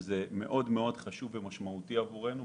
זה מאוד חשוב ומשמעותי עבורנו,